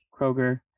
Kroger